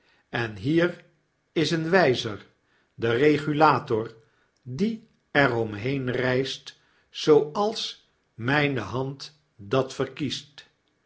en hier is een wyzer de regulator die er omheen reist zooals m ij n e hand dat verkiest